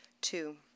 Two